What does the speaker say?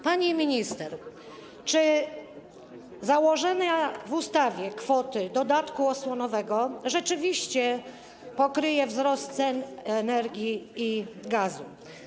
Pani minister, czy założona w ustawie kwota dodatku osłonowego rzeczywiście pokryje wzrost cen energii i gazu?